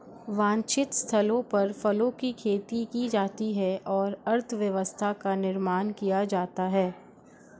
वांछित स्थलों पर फलों की खेती की जाती है और अर्थव्यवस्था का निर्माण किया जाता है